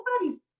nobody's